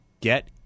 get